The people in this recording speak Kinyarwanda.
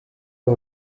aho